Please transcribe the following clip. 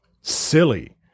silly